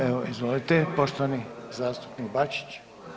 Evo izvolite poštovani zastupnik Bačić.